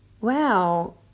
wow